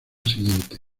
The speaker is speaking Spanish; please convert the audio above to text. siguiente